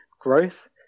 growth